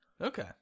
Okay